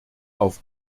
auf